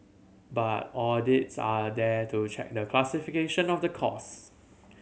but audits are there to check the classification of the cost